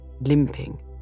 limping